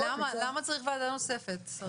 למה צריך ועדה נוספת?